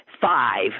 five